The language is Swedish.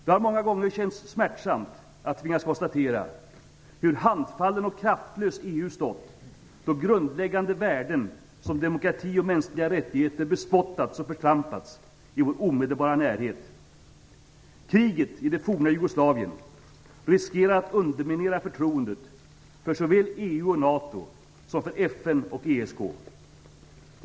Det har många gånger känts smärtsamt att tvingas konstatera hur handfallen och kraftlös EU stått då grundläggande värden som demokrati och mänskliga rättigheter bespottats och förtrampats i vår omedelbara närhet. Kriget i det forna Jugoslavien riskerar att underminera förtroendet såväl för EU och NATO som för FN och ESK.